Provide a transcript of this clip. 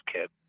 kid